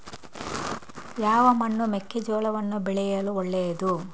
ಯಾವ ಮಣ್ಣು ಮೆಕ್ಕೆಜೋಳವನ್ನು ಬೆಳೆಯಲು ಒಳ್ಳೆಯದು?